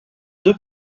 deux